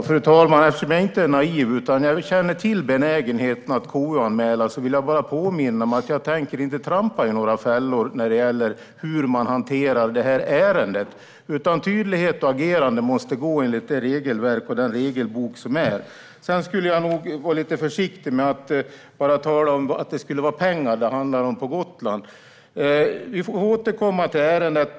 Fru talman! Eftersom jag inte är naiv och jag känner till benägenheten att KU-anmäla vill jag bara påminna om att jag inte tänker trampa i några fällor när det gäller hur man hanterar ärendet. Tydlighet och agerande måste följa regelverket i regelboken. Jag skulle vara lite försiktig med att säga att det enbart handlar om pengar på Gotland. Vi får återkomma till ärendet.